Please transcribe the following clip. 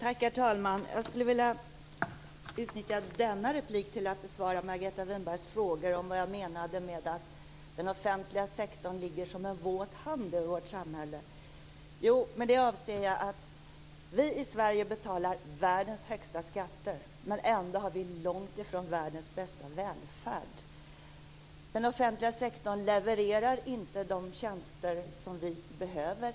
Herr talman! Jag skulle vilja utnyttja denna replik till att besvara Margaretas Winbergs frågor om vad jag menade med att den offentliga sektorn ligger som en våt hand över vårt samhälle. Jo, med det avser jag att vi i Sverige betalar världens högsta skatter, men ändå har vi långt ifrån världens bästa välfärd. Den offentliga sektorn levererar inte de tjänster som vi behöver.